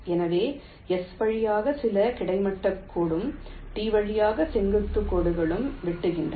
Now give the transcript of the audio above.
எனவே S வழியாக சில கிடைமட்ட கோடும் T வழியாக செங்குத்து கோடுகளும் வெட்டுகின்றன